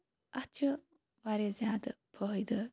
اَتھ چھِ واریاہ زیادٕ فٲیِدٕ